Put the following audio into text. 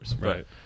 Right